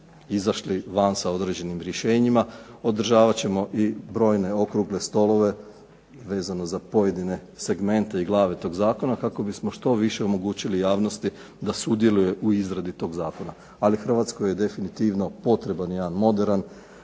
izašli van sa određenim rješenjima. Održavat ćemo i brojne okrugle stolove vezano za pojedine segmente i glave tog zakona kako bismo što više omogućili javnosti da sudjeluje u izradi tog zakona. Ali, Hrvatskoj je definitivno potreban jedan moderan